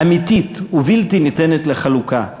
אמיתית ובלתי ניתנת לחלוקה,